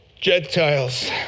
Gentiles